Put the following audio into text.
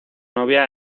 novia